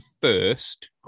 first